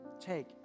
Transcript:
take